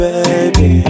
baby